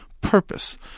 purpose